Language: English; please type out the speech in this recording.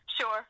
Sure